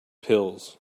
pills